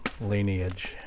lineage